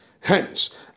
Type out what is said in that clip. Hence